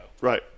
Right